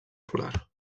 polar